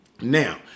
Now